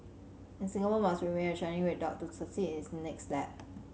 and Singapore must remain a shining red dot to succeed in its next lap